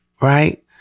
right